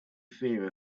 fear